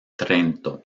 trento